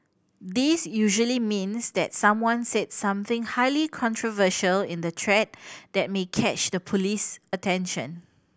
this usually means that someone said something highly controversial in the thread that may catch the police's attention